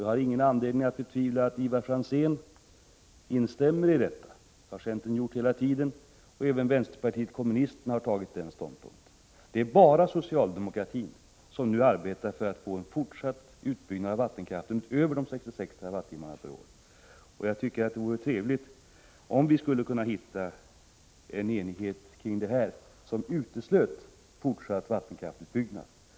Jag har ingen anledning att betvivla att också Ivar Franzén instämmer i detta. Detta har hela tiden varit centerns inställning, och även vänsterpartiet kommunisterna har intagit den ståndpunkten. Det är bara socialdemokratin som nu arbetar för en fortsatt utbyggnad av vattenkraften utöver de beslutade 66 TWh per år. Det vore trevligt om vi skulle kunna nå enighet om det här, en enighet som uteslöt fortsatt vattenkraftsutbyggnad.